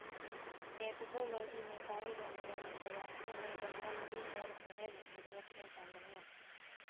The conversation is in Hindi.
एपिकोलॉजी में पाई जाने वाली प्रजातियों में बंबलबी और शहद मधुमक्खियां शामिल हैं